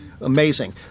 Amazing